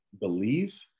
believe